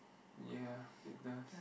ya it does